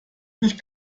nicht